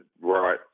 right